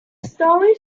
stories